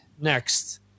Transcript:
next